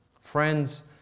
Friends